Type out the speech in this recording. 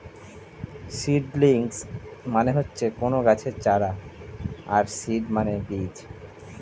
seedlings মানে হচ্ছে কোনো গাছের চারা আর সিড মানে বীজ